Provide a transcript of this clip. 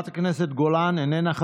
מדוע אנחנו מונעים,